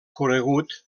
conegut